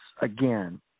again—